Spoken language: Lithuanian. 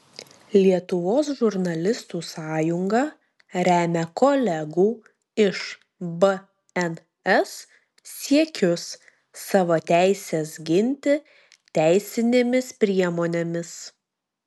lietuvos žurnalistų sąjunga remia kolegų iš bns siekius savo teises ginti teisinėmis priemonėmis